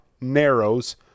Narrows